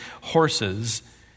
horses